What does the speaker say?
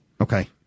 Okay